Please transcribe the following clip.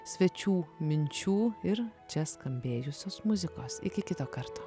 svečių minčių ir čia skambėjusios muzikos iki kito karto